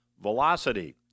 velocity